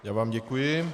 Já vám děkuji.